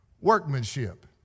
workmanship